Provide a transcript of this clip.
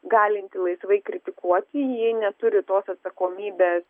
galinti laisvai kritikuoti ji neturi tos atsakomybės